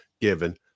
given